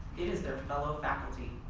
it is their fellow faculty.